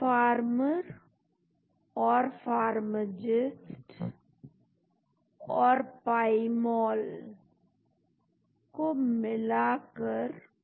तो फायदा यह है कि आपके पास बेहतर भौतिक या फिजिकल रासायनिक या केमिकल विशेषताएं होंगी इस नए मॉलिक्यूल के लिए या आप किसी पेटेंट को भी निकाल सकते हैं जो की बहुत ही महत्वपूर्ण है